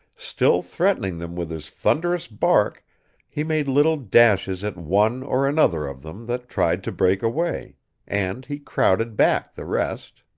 still threatening them with his thunderous bark he made little dashes at one or another of them that tried to break away and he crowded back the rest.